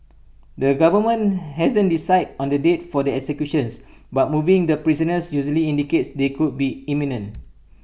the government hasn't decided on the date for the executions but moving the prisoners usually indicates they could be imminent